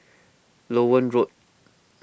Loewen Road